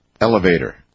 elevator